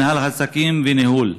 מינהל עסקים וניהול.